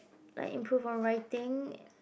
like improve our writing